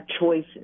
choices